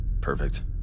perfect